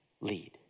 lead